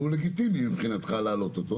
ולגיטימי מבחינתך להעלות אותו